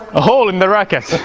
a hole in the racket!